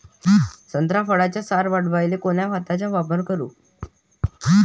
संत्रा फळाचा सार वाढवायले कोन्या खताचा वापर करू?